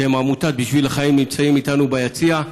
שהם עמותת בשביל החיים, ונמצאים איתנו ביציע,